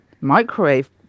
microwave